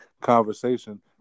conversation